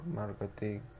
marketing